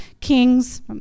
kings